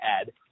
add